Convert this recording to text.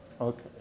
Okay